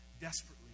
desperately